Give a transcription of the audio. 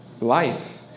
life